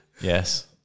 Yes